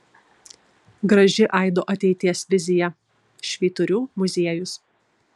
graži aido ateities vizija švyturių muziejus